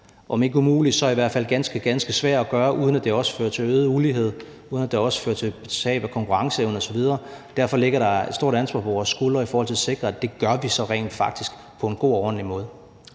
om ikke umulig så i hvert fald ganske, ganske svær at indfri, uden at det også fører til øget ulighed og til tab af konkurrenceevne osv. Derfor ligger der et stort ansvar på vores skuldre i forhold til at sikre, at det gør vi så rent faktisk på en god og ordentlig måde.